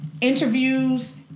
interviews